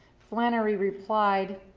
flannery replied,